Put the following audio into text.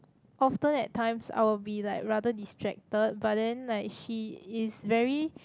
often at times I will be like rather distracted but then like she is very